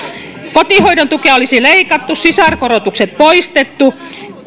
kotihoidon tukea olisi leikattu sisarkorotukset poistettu